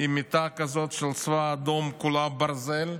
עם מיטה כזאת של הצבא האדום, כולה ברזל,